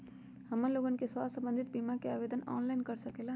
हमन लोगन के स्वास्थ्य संबंधित बिमा का आवेदन ऑनलाइन कर सकेला?